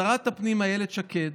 שרת הפנים אילת שקד